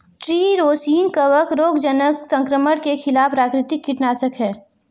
tree rosin कवक रोगजनक संक्रमण के खिलाफ प्राकृतिक कीटनाशक है